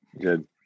Good